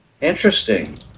Interesting